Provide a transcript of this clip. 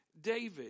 David